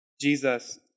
Jesus